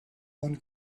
one